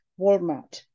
Walmart